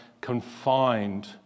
confined